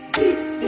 deep